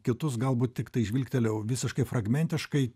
kitus galbūt tiktai žvilgtelėjau visiškai fragmentiškai